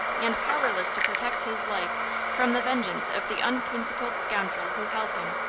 and powerless to protect his life from the vengeance of the unprincipled scoundrel who held him,